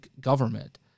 government